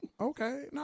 Okay